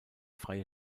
freie